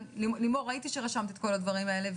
ראיתי שרשמת את כל הדברים האלה.